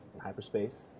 hyperspace